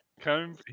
Come